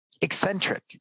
eccentric